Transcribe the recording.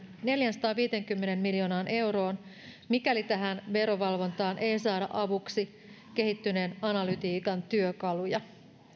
neljäänsataanviiteenkymmeneen miljoonaan euroon mikäli tähän verovalvontaan ei saada avuksi kehittyneen analytiikan työkaluja